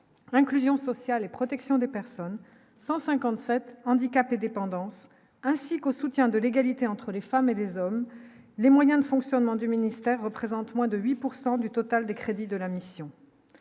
inclusion sociale et protection des personnes 157 Handicap et dépendance, ainsi qu'au soutien de l'égalité entre les femmes et des hommes les moyens de fonctionnement du ministère représente moins de 8 pourcent du total des crédits de la mission,